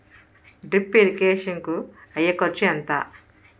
Drip irrigation కూ అయ్యే ఖర్చు ఎంత?